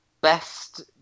best